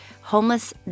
homeless